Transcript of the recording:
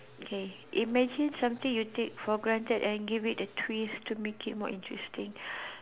okay imagine something you take for granted and give it a twist to make it more interesting